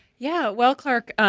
yeah well clark,